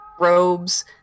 robes